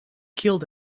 killed